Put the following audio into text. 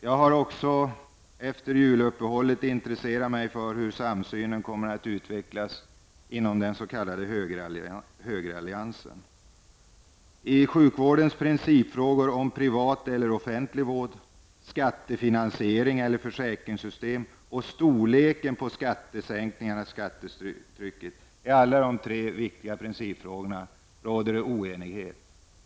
Jag har efter juluppehållet intresserat mig för hur samsynen kommer att utvecklas inom den s.k. högeralliansen. I sjukvårdens principfrågor om privat eller offentlig vård, skattefinansiering eller försäkringssystem samt storleken på skattesänkningarna/skattetrycket råder oenighet.